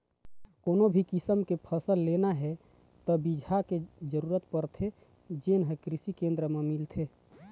कोनो भी किसम के फसल लेना हे त बिजहा के जरूरत परथे जेन हे कृषि केंद्र म मिलथे